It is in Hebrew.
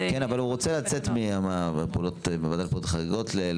כן, אבל הוא רוצה לצאת מוועדת פעולות חריגות.